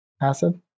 acid